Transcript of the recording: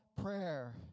prayer